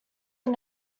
are